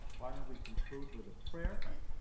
why don't we conclude with a prayer?